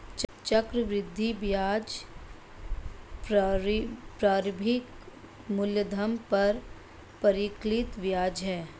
चक्रवृद्धि ब्याज प्रारंभिक मूलधन पर परिकलित ब्याज है